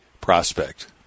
prospect